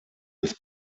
des